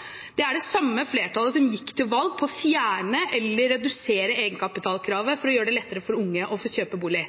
startlån, er det samme flertallet som gikk til valg på å fjerne eller redusere egenkapitalkravet for å gjøre det lettere for unge å få kjøpe bolig.